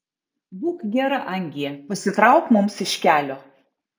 būk gera angie pasitrauk mums iš kelio